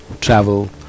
travel